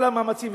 כל המאמצים.